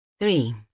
Three